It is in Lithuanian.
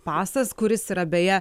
pasas kuris yra beje